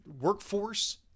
workforce